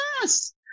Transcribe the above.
Yes